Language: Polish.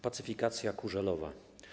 Pacyfikacja Kurzelowa.